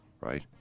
right